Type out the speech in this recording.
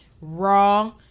raw